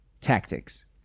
tactics